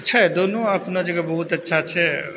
छै दुनू अपना जगह बहुत अच्छा छै